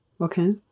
Okay